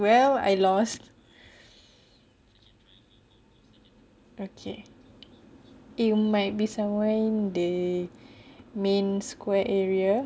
well I lost okay it might be somewhere in the main square area